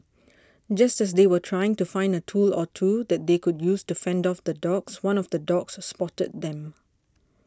just as they were trying to find a tool or two that they could use to fend off the dogs one of the dogs spotted them